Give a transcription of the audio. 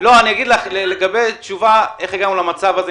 איך הגענו למצב הזה,